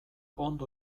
ondo